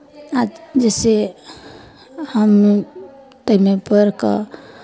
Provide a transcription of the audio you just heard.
आ जइसे हम ताहिमे पढ़ि कऽ